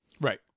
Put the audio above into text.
Right